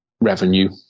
revenue